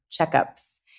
checkups